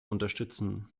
unterstützen